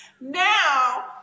Now